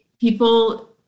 people